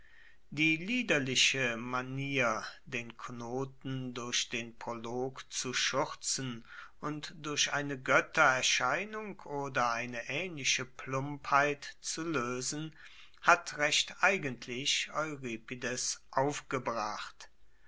die liederliche manier den knoten durch den prolog zu schuerzen und durch eine goettererscheinung oder eine aehnliche plumpheit zu loesen hat recht eigentlich euripides aufgebracht